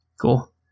cool